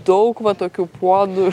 daug va tokių puodų